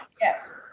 Yes